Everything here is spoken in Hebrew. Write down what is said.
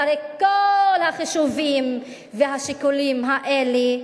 אחרי כל החישובים והשיקולים האלה,